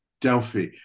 delphi